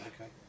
Okay